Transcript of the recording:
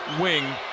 wing